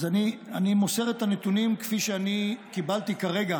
אז אני מוסר את הנתונים כפי שאני קיבלתי כרגע